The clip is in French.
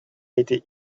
été